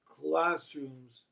classrooms